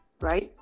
right